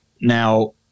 Now